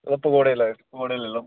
ओह् पकौड़े लैओ पकौड़े लेई लैओ